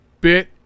bit